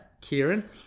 Kieran